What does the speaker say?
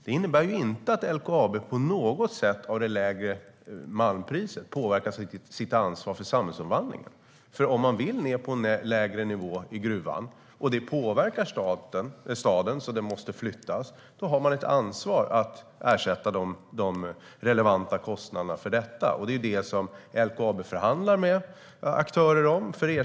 Det innebär inte att LKAB på något sätt av det lägre malmpriset påverkas i sitt ansvar för samhällsomvandlingen. Om man vill ned på en lägre nivå i gruvan och det påverkar staden så att den måste flyttas har man ett ansvar att ersätta de relevanta kostnaderna för detta. Det är den ersättningen som LKAB förhandlar med aktörer om.